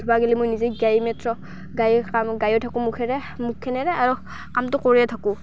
ধোব গ'লে মই নিজেই গায় মাত্ৰ গায়ো কাম গায়ো থাকোঁ মুখেৰে মুখখনেৰে আৰু কামটো কৰিয়ে থাকোঁ